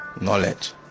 Knowledge